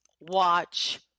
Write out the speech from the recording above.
watch